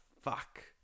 fuck